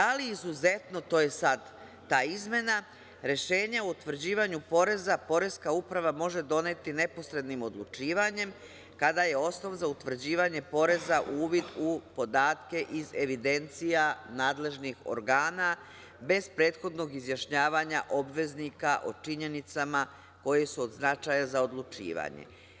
Ali, izuzetno, to je sad ta izmena, rešenje o utvrđivanju poreza poreska uprava može doneti neposrednim odlučivanjem kada je osnov za utvrđivanje poreza uvid u podatke iz evidencija nadležnih organa bez prethodnog izjašnjavanja obveznika o činjenicama koje su od značaja za odlučivanje.